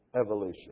evolution